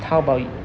how about you